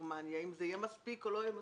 גרמניה אם זה יהיה מספיק או לא יהיה מספיק,